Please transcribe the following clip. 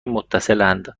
متصلاند